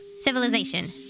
Civilization